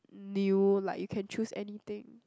new like you can choose anything